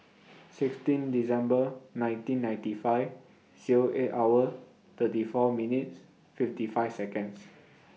sixteen December nineteen ninety five Zero eight hour thirty four minutes fifty five Seconds